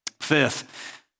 Fifth